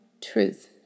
truth